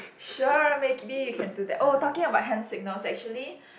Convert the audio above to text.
sure make be you can do that oh talking about hand signals actually